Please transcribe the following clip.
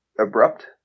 abrupt